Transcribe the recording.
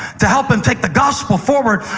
to help him take the gospel forward,